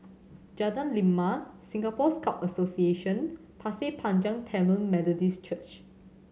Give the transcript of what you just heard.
Jalan Lima Singapore Scout Association Pasir Panjang Tamil Methodist Church